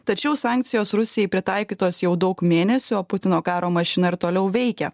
tačiau sankcijos rusijai pritaikytos jau daug mėnesių o putino karo mašina ir toliau veikia